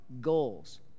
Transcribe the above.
goals